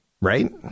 Right